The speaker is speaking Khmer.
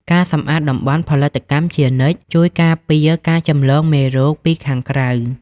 ការសម្អាតតំបន់ ផលិតកម្មជានិច្ច ជួយការពារការចម្លងមេរោគពីខាងក្រៅ។